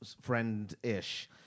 friend-ish